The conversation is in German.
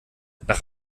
nach